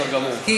בסדר גמור,